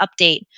update